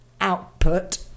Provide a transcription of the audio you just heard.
output